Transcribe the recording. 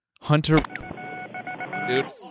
Hunter